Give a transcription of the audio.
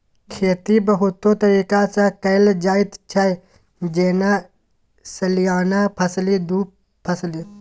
खेती बहुतो तरीका सँ कएल जाइत छै जेना सलियाना फसली, दु फसली